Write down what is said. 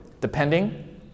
depending